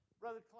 Brother